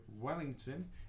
Wellington